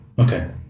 Okay